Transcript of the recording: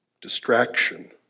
distraction